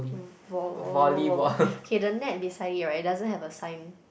oh !wow! !wow! !wow! !wow! !wow! okay the net beside you right it doesn't have a sign